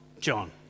John